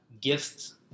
gifts